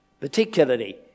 particularly